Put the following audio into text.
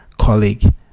colleague